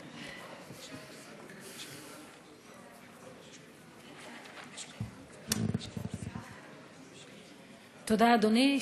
תודה, אדוני.